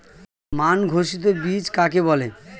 মান ঘোষিত বীজ কাকে বলে?